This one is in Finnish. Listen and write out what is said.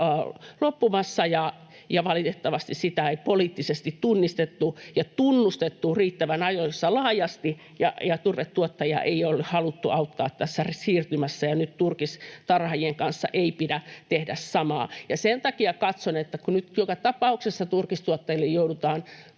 loppumassa ja valitettavasti sitä ei poliittisesti tunnistettu ja tunnustettu riittävän ajoissa laajasti. Turvetuottajia ei ole haluttu auttaa tässä siirtymässä, ja nyt turkistarhaajien kanssa ei pidä tehdä samaa. Sen takia katson, että kun nyt joka tapauksessa turkistuottajille joudutaan